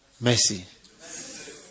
Mercy